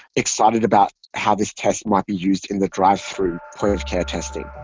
excited about how this test might be used in the drive thru point of care testing.